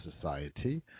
Society